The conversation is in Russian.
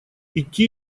идти